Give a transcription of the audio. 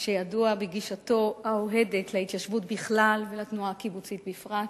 שידוע בגישתו האוהדת להתיישבות בכלל ולתנועה הקיבוצית בפרט,